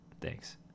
Thanks